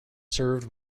served